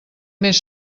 més